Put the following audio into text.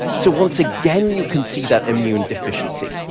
so once again, you can see that immune deficiency.